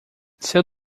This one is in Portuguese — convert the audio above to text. seu